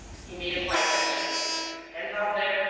he made a quiet gesture hands off there!